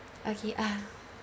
okay ah